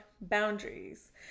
boundaries